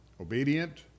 obedient